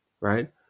right